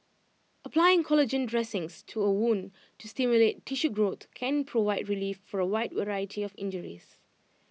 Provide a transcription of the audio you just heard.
applying collagen dressings to A wound to stimulate tissue growth can provide relief for A wide variety of injuries